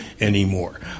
Anymore